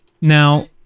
Now